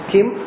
Kim